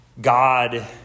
God